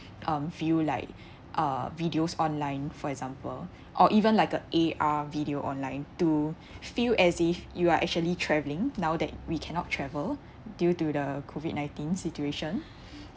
um view like uh videos online for example or even like a A_R video online to feel as if you are actually traveling now that we cannot travel due to the COVID nineteen situation